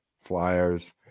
Flyers